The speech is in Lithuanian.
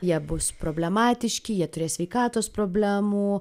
jie bus problematiški jie turės sveikatos problemų